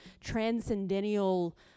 transcendental